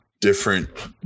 different